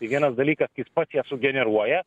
tai vienas dalykas kai jis pats ją sugeneruoja